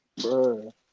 Bro